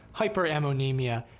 hyperammonemia,